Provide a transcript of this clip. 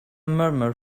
murmur